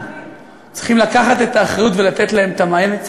צריכים לקחת את האחריות ולתת להם מענה,